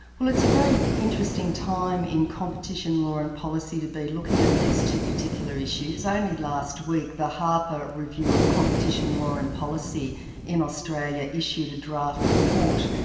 it's a very interesting time in competition law and policy to be looking at these two particular issues. only last week the harper review of competition law and policy in australia issued a draft report,